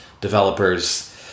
developers